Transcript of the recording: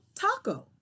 taco